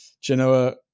Genoa